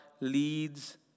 leads